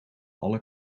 alle